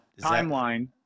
Timeline